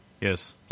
Yes